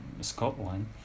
Scotland